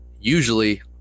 usually